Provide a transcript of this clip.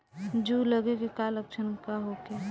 जूं लगे के का लक्षण का होखे?